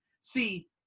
See